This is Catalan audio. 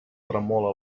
tremole